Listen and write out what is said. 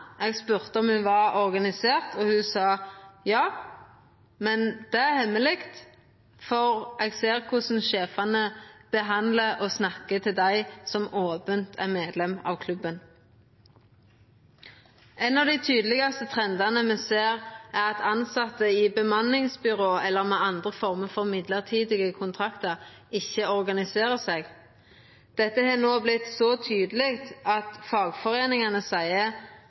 Eg spurde om ho var organisert, og ho svarte: «Ja, men det er hemmeleg, for eg ser korleis sjefane behandlar og snakkar til dei som er opent medlem av klubben.» Ein av dei tydelegaste trendane me ser, er at tilsette i bemanningsbyrå og dei som har andre former for mellombelse kontraktar, ikkje organiserer seg. Dette har no vorte så tydeleg at fagforeiningane seier